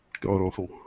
god-awful